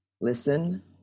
listen